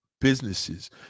businesses